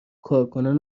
کارکنان